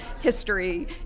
history